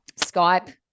Skype